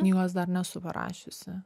knygos dar nesu parašiusi